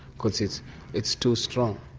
cause it's it's too strong.